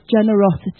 generosity